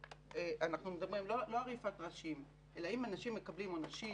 אנחנו לא מדברים על עריפת ראשים אלא אם אנשים מקבלים עונשים,